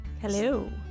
Hello